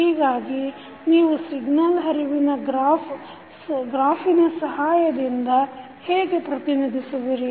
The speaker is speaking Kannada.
ಹೀಗಾಗಿ ನೀವು ಸಿಗ್ನಲ್ ಹರಿವಿನ ಗ್ರಾಫಿನ ಸಹಾಯದಿಂದ ಹೇಗೆ ಪ್ರತಿನಿಧಿಸುವಿರಿ